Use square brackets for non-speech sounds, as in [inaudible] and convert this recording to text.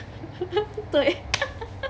[laughs] 对 [laughs]